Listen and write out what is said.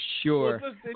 sure